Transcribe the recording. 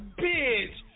bitch